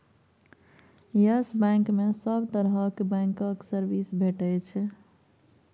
yes bank मे सब तरहक बैंकक सर्विस भेटै छै